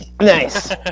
Nice